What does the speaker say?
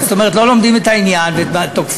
זאת אומרת, לא לומדים את העניין, ותוקפים.